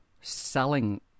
Selling